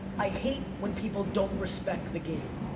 i hate when people don't respect the game.